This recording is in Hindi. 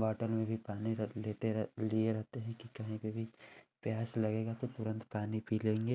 बाॅटल में भी पानी लेते लिए रहते हैं कि कहीं पर भी प्यास लगेगी तो तुरन्त पानी पी लेंगे